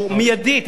שהוא מיידי,